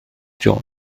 jones